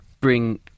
bring